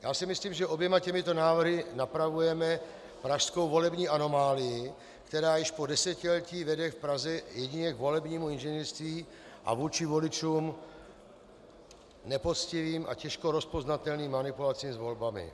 Já si myslím, že oběma těmito návrhy napravujeme pražskou volební anomálii, která již po desetiletí vede v Praze jedině k volebnímu inženýrství a vůči voličům k nepoctivým a těžko rozpoznatelným manipulacím s volbami.